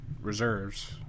reserves